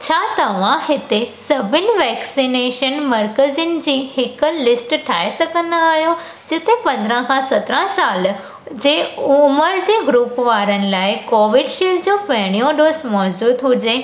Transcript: छा तव्हां हिते सभिनि वैक्सनेशन मर्कज़नि जी हिकु लिस्ट ठाहे सघंदा आहियो जिते पंद्राहं खां सत्रहं साल जे उमिरि जे ग्रूप वारनि लाइ कोवीशील्ड जो पहिरियों डोज़ मौज़ूदु हुजे